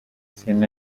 cien